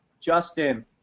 Justin